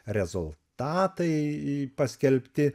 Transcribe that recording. rezultatai paskelbti